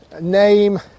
name